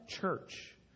church